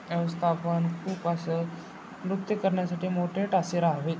व्यवस्थापन खूप असं नृत्य करण्यासाठी मोटिवेट असे रहावेत